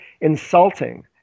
insulting